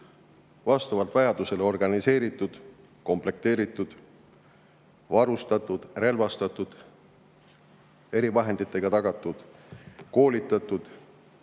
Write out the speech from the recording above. vastavalt vajadusele organiseeritud, komplekteeritud, varustatud, relvastatud, tagatud erivahenditega, koolitatud,